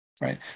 Right